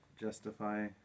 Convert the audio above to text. justify